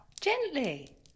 Gently